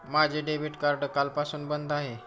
माझे debit card कालपासून बंद आहे